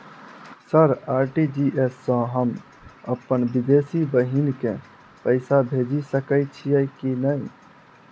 Sir RTGS सँ हम अप्पन विदेशी बहिन केँ पैसा भेजि सकै छियै की नै?